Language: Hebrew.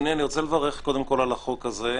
אדוני, אני רוצה לברך קודם כל על החוק הזה.